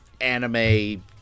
anime